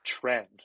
trend